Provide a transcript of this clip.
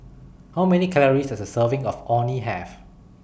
How Many Calories Does A Serving of Orh Nee Have